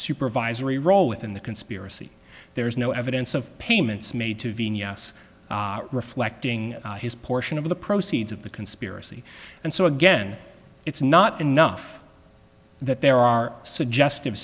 supervisory role within the conspiracy there is no evidence of payments made to us reflecting his portion of the proceeds of the conspiracy and so again it's not enough that there are suggestive